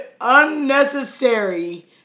unnecessary